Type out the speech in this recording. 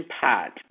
pad